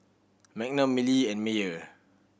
Magnum Mili and Mayer